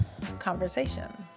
Conversations